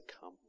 come